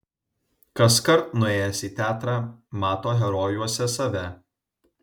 kaskart nuėjęs į teatrą mato herojuose save